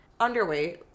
underweight